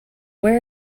where